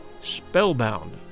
spellbound